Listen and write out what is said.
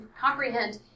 comprehend